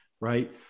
right